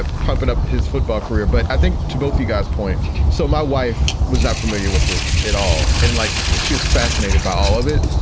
ah pumping up his football career. but i think to both you guys points. so my wife was not familiar with this at all. and like, she was fascinated by all of it.